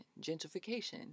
gentrification